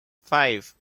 five